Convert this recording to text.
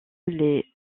les